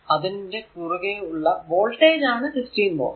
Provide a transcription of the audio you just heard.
അതിന്റെ കുറുകെ ഉള്ള വോൾടേജ് ആണ് 16 വോൾട്